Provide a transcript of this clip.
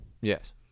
Yes